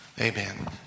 Amen